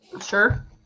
Sure